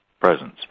presence